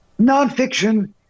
Nonfiction